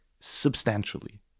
substantially